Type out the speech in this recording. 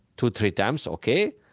two, three times, ok.